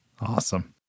awesome